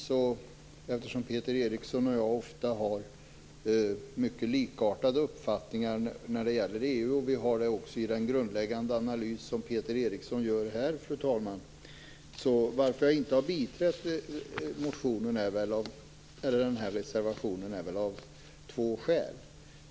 Peter Eriksson och jag har ofta mycket likartade uppfattningar när det gäller EU, och vi har så även i den grundläggande analys som Peter Eriksson gör här, fru talman. Att jag ändå inte har biträtt den här reservationen har två skäl.